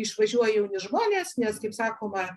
išvažiuoja jauni žmonės nes kaip sakoma